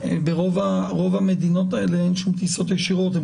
לרוב המדינות האלה אין טיסות ישירות אליהן